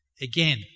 Again